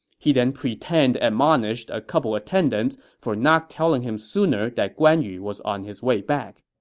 he then pretend-admonished a couple attendants for not telling him sooner that guan yu was on his way back